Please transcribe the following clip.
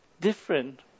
different